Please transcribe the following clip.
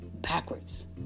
backwards